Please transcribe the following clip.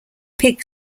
pig